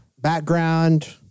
background